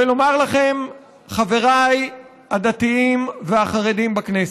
ולומר לכם, חבריי הדתיים והחרדים בכנסת: